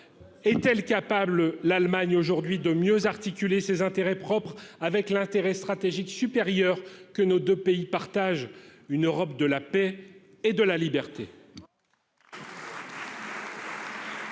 est-elle capable, l'Allemagne aujourd'hui de mieux articuler ses intérêts propres, avec l'intérêt stratégique supérieure, que nos 2 pays partagent une Europe de la paix et de la liberté.